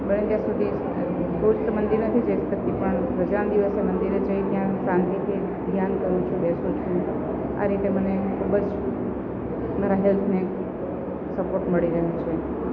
બને ત્યાં સુધી રોજ તો મંદિર નથી જઈ શકતી પણ રજાના દિવસે મંદિરે જઈ ત્યાં શાંતિથી ધ્યાન કરું છું બેસું છું આ રીતે મને ખૂબ જ મારા હેલ્થને સપોર્ટ મળી રહે છે